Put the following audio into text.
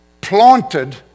Planted